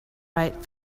write